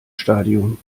stadium